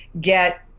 get